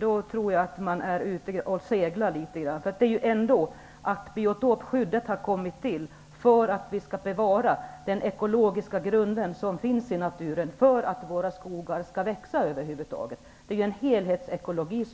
Jag tror att man då är ute och seglar. Det är ju ändå så att biotopskyddet har kommit till för att vi skall bevara den ekologiska grund som finns i naturen, för att våra skogar över huvud taget skall växa. Vi talar om en helhetsekologi.